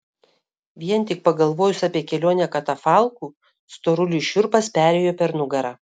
vien tik pagalvojus apie kelionę katafalku storuliui šiurpas perėjo per nugarą